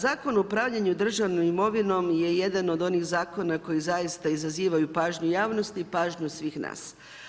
Zakon o upravljanju državnom imovinom je jedan od onih zakona koji zaista izazivaju pažnju javnosti i pažnju svih nas.